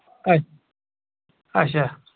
اَچھ اَچھا